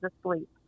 asleep